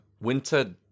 Winter